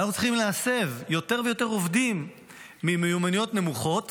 אנחנו צריכים להסב יותר ויותר עובדים ממיומנויות נמוכות